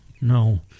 No